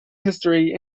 history